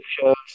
shows